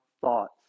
thoughts